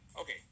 Okay